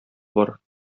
бар